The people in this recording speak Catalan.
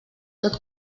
tot